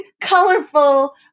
colorful